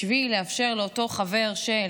בשביל לאפשר לאותו חבר של,